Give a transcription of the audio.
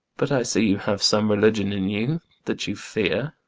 but i see you have some religion in you, that you fear.